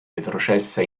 retrocessa